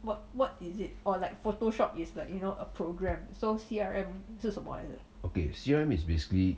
okay C_R_M is basically